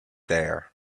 there